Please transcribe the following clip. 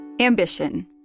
Ambition